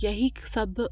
यही सब